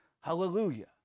Hallelujah